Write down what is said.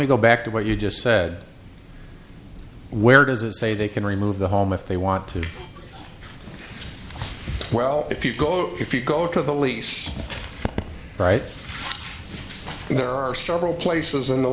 me go back to what you just said where does it say they can remove the home if they want to well if you go if you go to the lease right there are several places in the